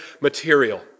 material